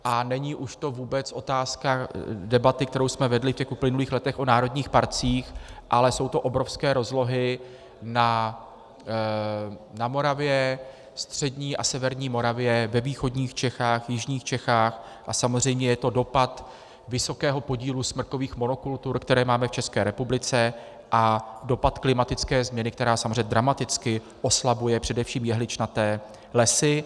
A není to už vůbec otázka debaty, kterou jsme vedli v uplynulých letech o národních parcích, ale jsou to obrovské rozlohy na Moravě, střední a severní Moravě, ve východních Čechách, jižních Čechách a samozřejmě je to dopad vysokého podílu smrkových monokultur, které máme v České republice, a dopad klimatické změny, která samozřejmě dramaticky oslabuje především jehličnaté lesy.